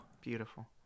Beautiful